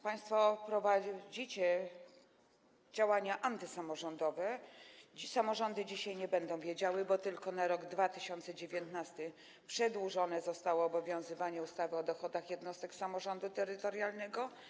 Państwo prowadzicie działania antysamorządowe, samorządy dzisiaj nie będą o tym wiedziały, bo tylko na rok 2019 przedłużone zostało obowiązywanie ustawy o dochodach jednostek samorządu terytorialnego.